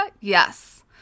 Yes